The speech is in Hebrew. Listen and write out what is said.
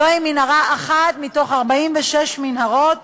זוהי מנהרה אחת מ-46 מנהרות